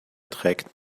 trägt